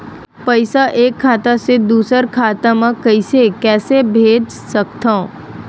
पईसा एक खाता से दुसर खाता मा कइसे कैसे भेज सकथव?